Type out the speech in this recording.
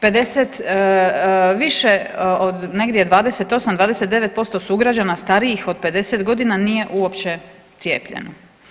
50 više od negdje je 28- 29% sugrađana starijih od 50 godina nije uopće cijepljeno.